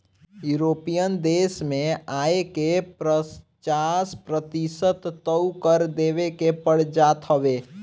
यूरोपीय देस में आय के पचास प्रतिशत तअ कर देवे के पड़ जात हवे